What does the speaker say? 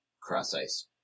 cross-ice